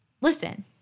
Listen